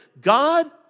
God